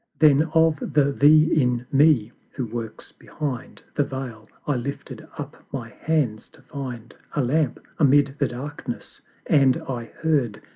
then of the thee in me who works behind the veil, i lifted up my hands to find a lamp amid the darkness and i heard,